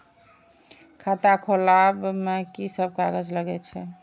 खाता खोलाअब में की सब कागज लगे छै?